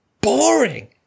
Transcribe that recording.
boring